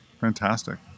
Fantastic